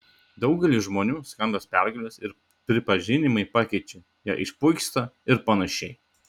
daugelį žmonių skambios pergalės ir pripažinimai pakeičia jie išpuiksta ir panašiai